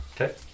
Okay